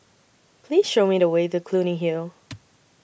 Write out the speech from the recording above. Please Show Me The Way to Clunny Hill